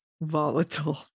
volatile